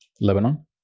Lebanon